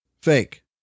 Fake